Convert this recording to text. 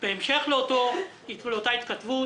בהמשך לאותה התכתבות